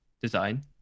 design